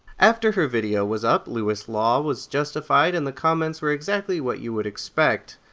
after her video was up, lewis' law was justified and the comments were exactly what you would expect.